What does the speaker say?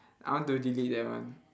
I want to delete that one